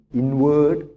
inward